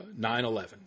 9-11